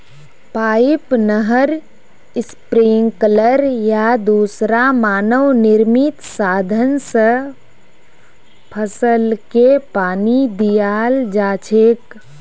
pipe, नहर, sprinkler या दूसरा मानव निर्मित साधन स फसलके पानी दियाल जा छेक